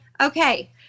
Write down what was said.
okay